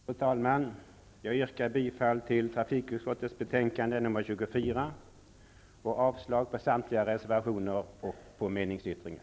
Fru talman! Jag yrkar bifall till trafikutskottets hemställan i betänkande 24 och avslag på samtliga reservationer och på meningsyttringen.